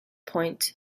point